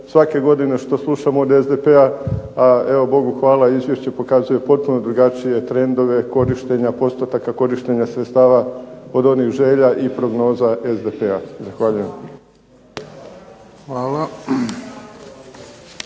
svake godine što slušamo od SDP-a, a evo Bogu hvala izvješće pokazuje potpuno drugačije trendove korištenja postotaka korištenja sredstava od onih želja i prognoza SDP-a. Zahvaljujem.